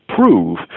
prove